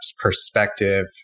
perspective